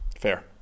Fair